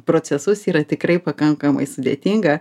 procesus yra tikrai pakankamai sudėtinga